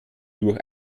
durch